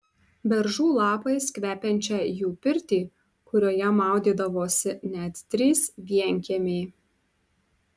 beržų lapais kvepiančią jų pirtį kurioje maudydavosi net trys vienkiemiai